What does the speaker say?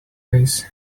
this